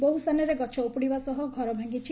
ବହୁ ସ୍ଥାନରେ ଗଛ ଉପୁଡ଼ିବା ସହ ଘର ଭାଙ୍ଗିଛି